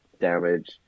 damage